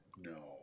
No